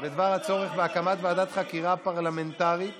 הצורך להקים ועדת חקירה פרלמנטרית